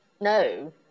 No